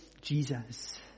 Jesus